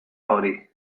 hori